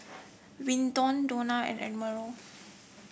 Vinton Donna and Admiral